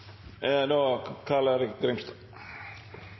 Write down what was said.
er då